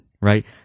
right